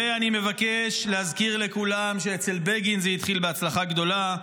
ואני מבקש להזכיר לכולם שאצל בגין זה התחיל בהצלחה גדולה,